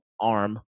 arm